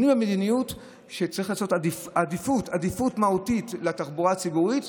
שינוי במדיניות שצריך לעשות עדיפות מהותית לתחבורה הציבורית.